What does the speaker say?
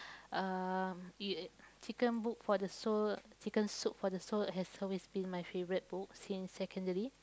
uh y~ chicken book for the soul chicken soup for the soul has always been my favourite book since secondary